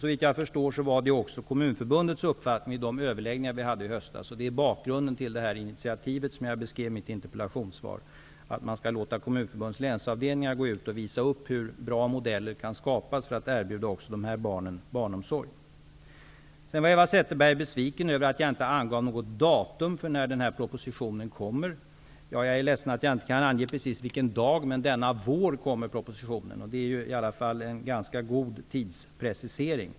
Såvitt jag förstår var det också Kommunförbundets uppfattning i de överläggningar som vi hade i höstas. Det är bakgrunden till det initiativ som jag beskrivit i mitt interpellationssvar, dvs. att man skall låta Kommunförbundets länsavdelningar visa upp hur bra modeller kan skapas när det gäller att erbjuda också de här barnen barnomsorg. Sedan var Eva Zetterberg besviken över att jag inte angett något datum för när vår proposition läggs fram. Jag är ledsen att jag inte kan ange ett exakt datum. Men denna vår kan jag i alla fall säga att propositionen kommer att läggas fram. Det är en ganska god tidsprecisering.